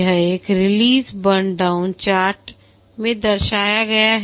यह एक release burn down chart में दर्शाया गया है